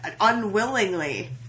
unwillingly